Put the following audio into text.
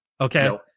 Okay